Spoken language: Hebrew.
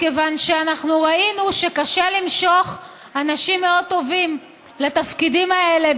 מכיוון שראינו שקשה למשוך אנשים מאוד טובים לתפקידים האלה,